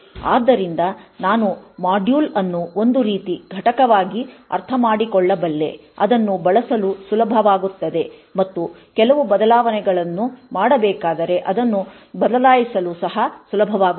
ಆದ್ದರಿಂದ ನಾನು ಮಾಡ್ಯೂಲ್ ಅನ್ನು ಒಂದು ರೀತಿಯ ಘಟಕವಾಗಿ ಅರ್ಥಮಾಡಿಕೊಳ್ಳಬಲ್ಲೆ ಅದನ್ನು ಬಳಸಲು ಸುಲಭವಾಗಿಸುತ್ತದೆ ಮತ್ತು ಕೆಲವು ಬದಲಾವಣೆಗಳನ್ನು ಮಾಡಬೇಕಾದರೆ ಅದನ್ನು ಬದಲಾಯಿಸಲು ಸಹ ಸುಲಭವಾಗುತ್ತದೆ